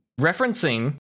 Referencing